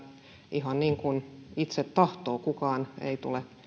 ihan niin kuin itse tahtoo kukaan ei tule